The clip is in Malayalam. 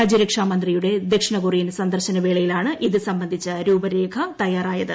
രാജ്യരക്ഷാ മന്ത്രിയുടെ ദക്ഷിണ കൊറിയൻ സന്ദർശന വേളയിലാണ് ഇത് സംബന്ധിച്ചു രൂപരേഖ തയ്യാറായത്